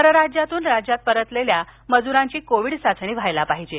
परराज्यातून राज्यात परतलेल्या आहेत मजुरांची कोविड चाचणी व्हायला पाहिजे